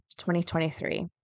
2023